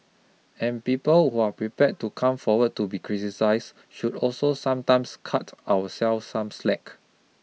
and people who are prepared to come forward to be criticised should also sometimes cut ourselves some slack